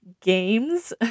games